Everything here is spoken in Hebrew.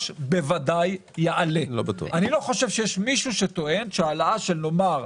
לאזרחים שהיום מתלבטים בין אוכל לתרופות,